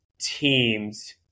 teams